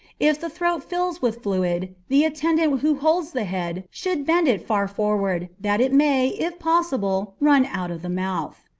if the throat fills with fluid, the attendant who holds the head should bend it far forward, that it may, if possible, run out of the mouth.